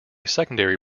secondary